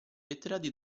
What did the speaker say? letterati